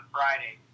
Friday